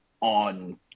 on